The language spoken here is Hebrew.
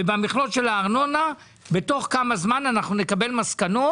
ובתוך כמה זמן אנחנו נקבל מסקנות,